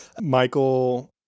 Michael